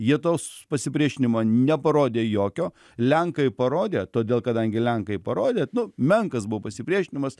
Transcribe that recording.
jie tos pasipriešinimo neparodė jokio lenkai parodė todėl kadangi lenkai parodė nu menkas buvo pasipriešinimas